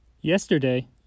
Yesterday